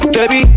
Baby